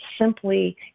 simply